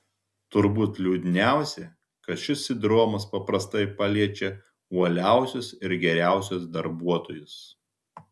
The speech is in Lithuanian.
turbūt liūdniausia kad šis sindromas paprastai paliečia uoliausius ir geriausius darbuotojus